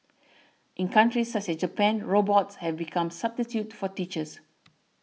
in countries such as Japan robots have become substitutes for teachers